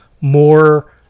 more